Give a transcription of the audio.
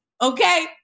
okay